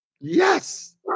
yes